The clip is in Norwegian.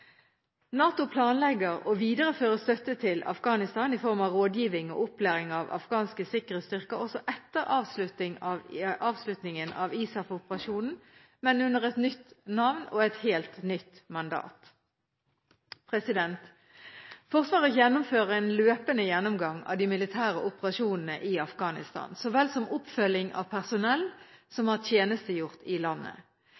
NATO planlegger å videreføre støtte til Afghanistan i form av rådgivning og opplæring av afghanske sikkerhetsstyrker også etter avslutningen av ISAF-operasjonen, men under et nytt navn og et helt nytt mandat. Forsvaret gjennomfører en løpende gjennomgang av de militære operasjonene i Afghanistan, så vel som oppfølging av personell